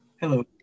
Hello